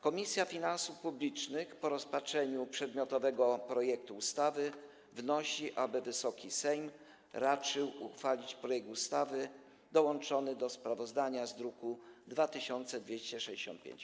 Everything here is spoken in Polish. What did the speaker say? Komisja Finansów Publicznych po rozpatrzeniu przedmiotowego projektu ustawy wnosi, aby Wysoki Sejm raczył uchwalić projekt ustawy dołączony do sprawozdania z druku nr 2265.